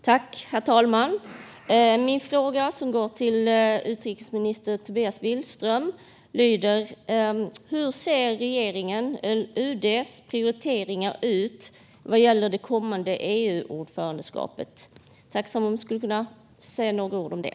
Herr talman! Min fråga, som går till utrikesminister Tobias Billström, lyder: Hur ser regeringens och UD:s prioriteringar ut inför det kommande EU-ordförandeskapet? Jag vore tacksam om ministern kunde säga några ord om det.